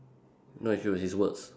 not his shoes his words